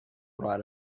write